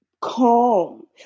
calm